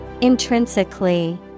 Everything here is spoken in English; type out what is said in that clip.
Intrinsically